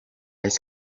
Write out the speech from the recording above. ice